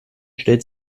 stellt